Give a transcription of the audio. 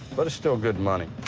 but it's still good money.